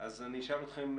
יעלה, אני אשאל אתכם,